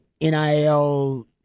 NIL